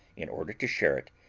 in order to share it,